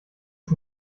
ist